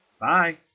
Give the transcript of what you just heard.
Bye